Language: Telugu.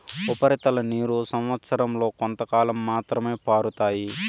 ఉపరితల నీరు సంవచ్చరం లో కొంతకాలం మాత్రమే పారుతాయి